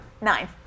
Nine